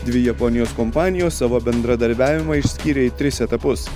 dvi japonijos kompanijos savo bendradarbiavimą išskyrė į tris etapus